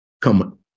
come